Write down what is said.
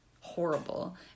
horrible